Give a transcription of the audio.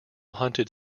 hunted